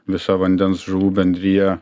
visa vandens žuvų bendrija